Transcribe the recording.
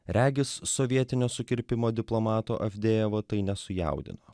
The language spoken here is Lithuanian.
regis sovietinio sukirpimo diplomato avdejevo tai nesujaudino